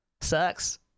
Sucks